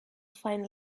find